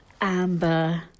Amber